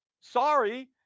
Sorry